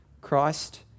Christ